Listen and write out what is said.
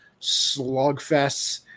slugfests